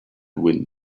wind